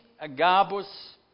Agabus